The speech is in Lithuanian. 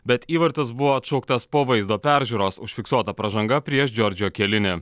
bet įvartis buvo atšauktas po vaizdo peržiūros užfiksuota pražanga prieš džordžio kielini